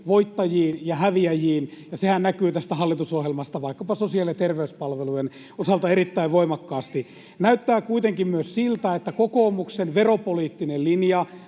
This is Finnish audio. voittajiin ja häviäjiin, ja sehän näkyy tästä hallitusohjelmasta vaikkapa sosiaali- ja terveyspalvelujen osalta erittäin voimakkaasti. [Jenna Simulan välihuuto] Näyttää kuitenkin myös siltä, että kokoomuksen veropoliittinen linja